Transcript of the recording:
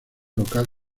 local